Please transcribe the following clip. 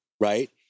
right